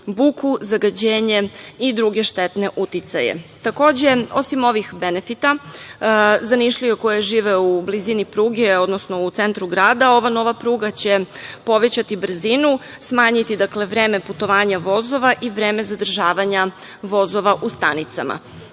buku, zagađenje i druge štetne uticaje. Takođe, osim ovih benefita, za Nišlije koji žive u blizini pruge, odnosno u centru grada, ova nova pruga će povećati brzinu, smanjiti vreme putovanja vozova i vreme zadržavanja vozova u stanicama. Dakle,